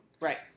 Right